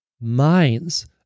minds